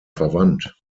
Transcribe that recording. verwandt